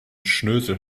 schnösel